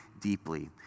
deeply